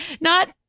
Not-